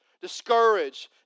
discouraged